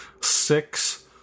six